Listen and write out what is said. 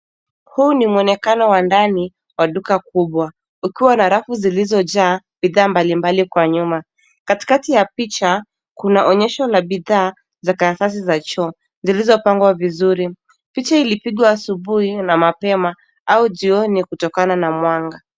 Huu ni mwonekano wa ndani wa duka kubwa ukiwa na rafu zilizo jaa bidhaa mbalimbali kwa nyuma. Katikati ya picha kuna onyesho la bidhaa za karatasi za choo zilizo pangwa vizuri. Picha ilipigwa asubuhi na mapema au jioni kutokana na mwanga.